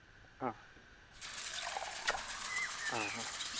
आं हां